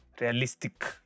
realistic